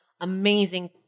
Amazing